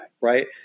right